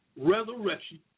resurrection